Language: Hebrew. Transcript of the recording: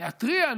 להתריע?